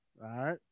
right